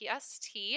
PST